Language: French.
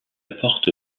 porte